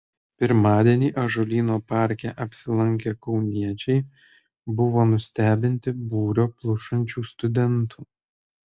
pirmadienį ąžuolyno parke apsilankę kauniečiai buvo nustebinti būrio plušančių studentų